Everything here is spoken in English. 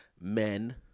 men